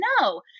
no